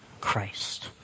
Christ